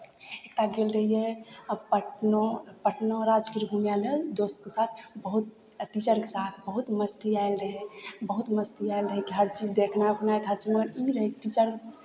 एतय गेल रहियै आ पटना पटना राजगीर घूमय लए दोस्तके साथ बहुत टीचरके साथ बहुत मस्ती आयल रहै बहुत मस्ती आयल रहै कि हरचीज देखनाइ उखनाइ खर्चनाइ ई रहै टीचर